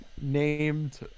Named